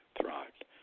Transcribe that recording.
thrived